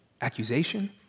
Accusation